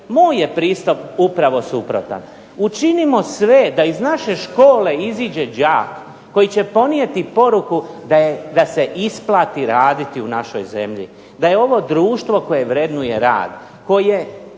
Moj je pristup upravo suprotan. Učinimo sve da ih naše škole iziđe đak koji će ponijeti poruku da se isplati raditi u našoj zemlji, da je ovo društvo koje vrednuje rad, koje